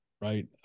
right